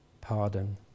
pardon